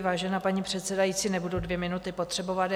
Vážená paní předsedající, nebudu dvě minuty potřebovat.